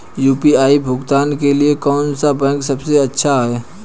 UPI भुगतान के लिए कौन सा बैंक सबसे अच्छा है?